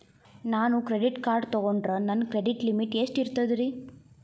ನಾನು credit card ತೊಗೊಂಡ್ರ ನನ್ನ ಕ್ರೆಡಿಟ್ ಲಿಮಿಟ್ ಎಷ್ಟ ಇರ್ತದ್ರಿ?